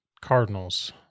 Cardinals